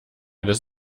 das